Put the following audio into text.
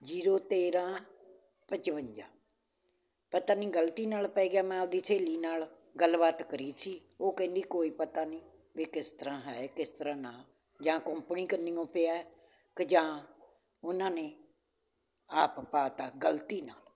zero ਤੇਰਾਂ ਪਚਵੰਜਾ ਪਤਾ ਨਹੀਂ ਗਲਤੀ ਨਾਲ ਪੈ ਗਿਆ ਮੈਂ ਆਪਣੀ ਸਹੇਲੀ ਨਾਲ ਗੱਲਬਾਤ ਕਰੀ ਸੀ ਉਹ ਕਹਿੰਦੀ ਕੋਈ ਪਤਾ ਨਹੀਂ ਬੇ ਕਿਸ ਤਰ੍ਹਾਂ ਹੈ ਕਿਸ ਤਰ੍ਹਾਂ ਨਾਲ ਜਾਂ ਕੋਪਨੀ ਕਨੀਓ ਪਿਆ ਕਿ ਜਾਂ ਉਹਨਾਂ ਨੇ ਆਪ ਪਾਤਾ ਗਲਤੀ ਨਾਲ